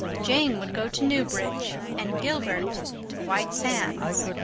jane would go to newbridge and gilbert to white sands.